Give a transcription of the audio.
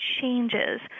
changes